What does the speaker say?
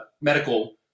medical